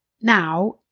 now